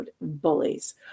bullies